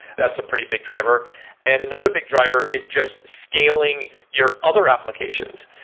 that's a pretty big driver and another big driver is just scaling your other applications.